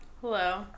Hello